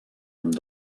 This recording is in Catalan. amb